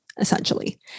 essentially